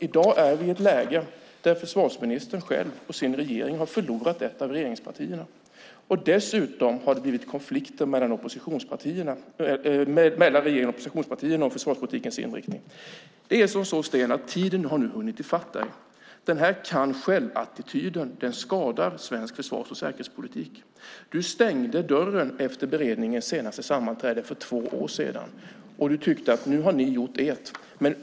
I dag befinner vi oss i ett läge där försvarsministern och hans regering har förlorat ett av regeringspartierna. Dessutom har det blivit konflikter mellan regeringen och oppositionspartierna om försvarspolitikens inriktning. Det är så, Sten, att nu har tiden hunnit i fatt dig. Den här kan-själv-attityden skadar svensk försvars och säkerhetspolitik. Du stängde dörren efter beredningens senaste sammanträde för två år sedan. Du tyckte att då hade den gjort sitt.